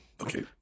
Okay